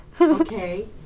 okay